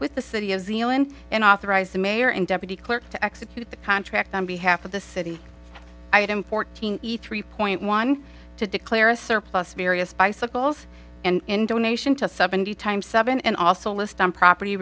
with the city of zealand and authorized the mayor and deputy clerk to execute the contract on behalf of the city i had him fourteen eat three point one to declare a surplus various bicycles and donation to seventy times seven and also list on property